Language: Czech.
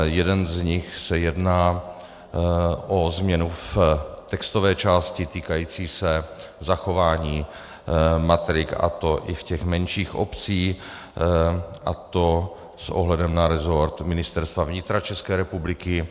V jednom z nich se jedná o změnu v textové části týkající se zachování matrik, a to i v těch menších obcích, a to s ohledem na resort Ministerstva vnitra České republiky.